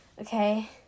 okay